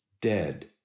dead